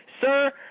Sir